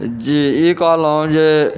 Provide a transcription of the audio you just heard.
जी ई कहलहुँ जे